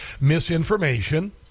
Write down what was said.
misinformation